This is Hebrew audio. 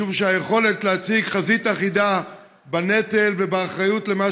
משום שהיכולת להציג חזית אחידה בנטל ובאחריות למה